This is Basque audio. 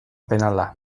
penala